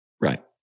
Right